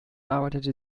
arbeitete